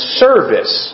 service